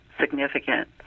significant